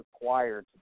required